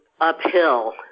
uphill